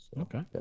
Okay